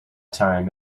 time